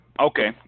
okay